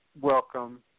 Welcome